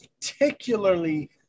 particularly